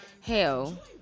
hell